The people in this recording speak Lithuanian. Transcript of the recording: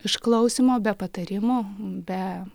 išklausymo be patarimo be